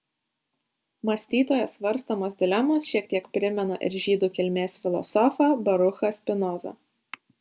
mąstytojo svarstomos dilemos šiek tiek primena ir žydų kilmės filosofą baruchą spinozą